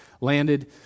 landed